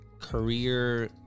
career